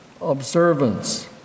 observance